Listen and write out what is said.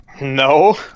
No